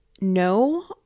No